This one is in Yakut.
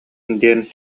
диэн